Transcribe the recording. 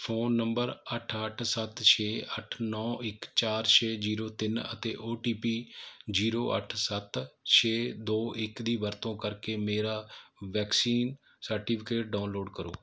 phone number ਅੱਠ ਅੱਠ ਸੱਤ ਛੇ ਅੱਠ ਨੌਂ ਇੱਕ ਚਾਰ ਛੇ ਜੀਰੋ ਤਿੰਨ ਅਤੇ ਓ ਟੀ ਪੀ ਜੀਰੋ ਅੱਠ ਸੱਤ ਛੇ ਦੋ ਇੱਕ ਦੀ ਵਰਤੋਂ ਕਰਕੇ ਮੇਰਾ ਵੈਕਸੀਨ ਸਰਟੀਫਿਕੇਟ ਡਾਊਨਲੋਡ ਕਰੋ